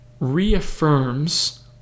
reaffirms